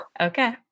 Okay